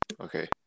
okay